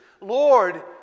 Lord